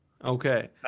Okay